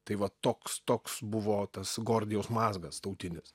tai va toks toks buvo tas gordijaus mazgas tautinis